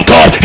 God